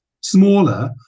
smaller